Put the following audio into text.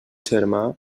germà